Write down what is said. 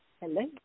Hello